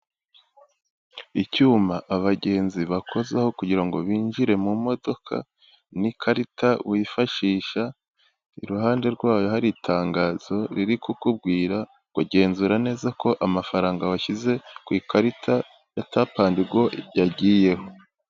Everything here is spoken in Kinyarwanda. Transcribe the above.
Icyuma abagenzi bakozaho kugira ngo binjire mu modoka, n'ikarita wifashisha, iruhande rwayo hari itangazo riri kukubwira ngo " genzura neza ko amafaranga washyize ku ikarita ya tapu andi go yagiyeho,